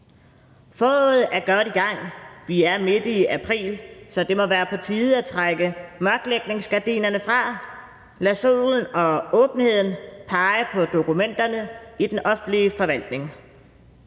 Foråret er godt i gang, vi er midt i april, så det må være på tide at trække mørklægningsgardinerne fra og lade solen og åbenheden pege på dokumenterne i den offentlige forvaltning.